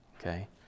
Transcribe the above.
okay